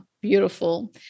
Beautiful